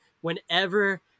whenever